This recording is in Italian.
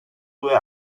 due